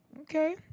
Okay